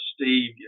Steve